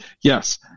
yes